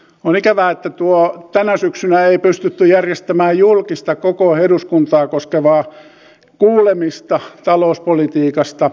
on ikävää että tänä syksynä ei pystytty järjestämään julkista koko eduskuntaa koskevaa kuulemista talouspolitiikasta